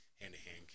hand-to-hand